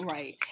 Right